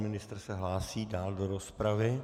Pan ministr se hlásí dál do rozpravy.